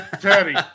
Teddy